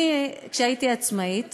כשהייתי עצמאית